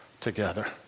together